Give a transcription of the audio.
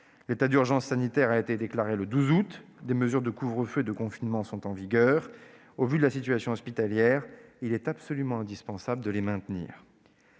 L'état d'urgence y a été déclaré le 12 août dernier ; des mesures de couvre-feu et de confinement sont en vigueur. Au vu de la situation hospitalière, il est absolument indispensable de les maintenir.